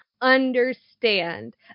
understand